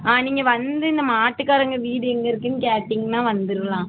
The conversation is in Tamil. ஆ நீங்கள் வந்து இந்த மாட்டுக்காரங்கள் வீடு எங்கேருக்குன்னு கேட்டீங்கன்னால் வந்துடலாம்